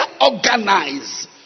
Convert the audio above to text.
organize